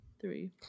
three